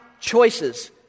choices